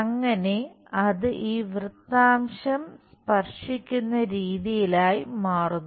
അങ്ങനെ അത് ഈ വൃത്താംശം സ്പർശിക്കുന്ന രീതിയിലായി മാറുന്നു